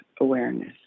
awareness